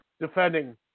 Defending